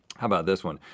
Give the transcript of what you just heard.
how about this one?